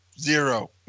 zero